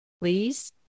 please